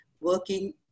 working